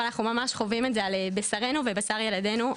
אבל אנחנו ממש חווים את זה על בשרנו ובשר ילידנו.